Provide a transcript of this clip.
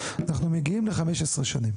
אנחנו מגיעים ל-15 שנים.